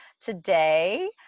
today